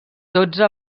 dotze